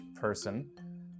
person